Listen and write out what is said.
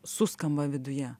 suskamba viduje